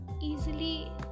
easily